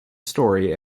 story